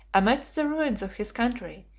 amidst the ruins of his country,